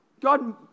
God